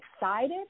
excited